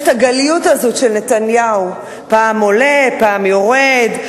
יש הגליות הזאת של נתניהו: פעם עולה, פעם יורד.